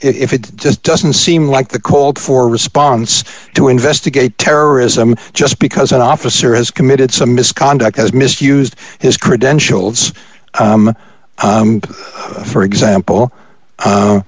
if it just doesn't seem like the cold for response to investigate terrorism just because an officer has committed some misconduct has misused his credentials for example